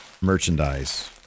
merchandise